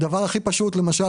למשל,